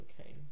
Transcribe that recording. okay